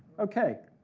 okay,